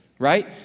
Right